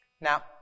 Now